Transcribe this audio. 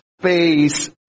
face